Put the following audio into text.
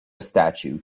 statue